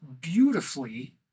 beautifully